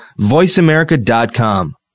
voiceamerica.com